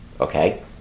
Okay